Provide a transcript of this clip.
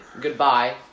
goodbye